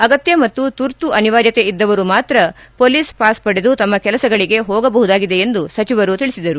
ಅಗತ್ತ ಮತ್ತು ತುರ್ತು ಅನಿವಾರ್ತೆ ಇದ್ದವರು ಮಾತ್ರ ಪೊಲೀಸ್ ಪಾಸ್ ಪಡೆದು ತಮ್ನ ಕೆಲಸಗಳಿಗೆ ಹೋಬಹುದಾಗಿದೆ ಎಂದು ಸಚಿವರು ತಿಳಿಸಿದರು